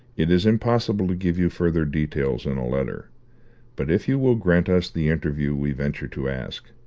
it is impossible to give you further details in a letter but if you will grant us the interview we venture to ask,